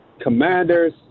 commanders